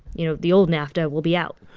you know, the old nafta will be out?